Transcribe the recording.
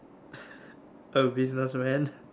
a businessman